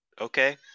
okay